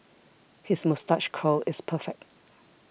his moustache curl is perfect